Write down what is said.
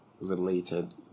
related